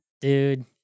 Dude